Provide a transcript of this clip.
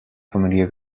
familia